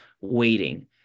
waiting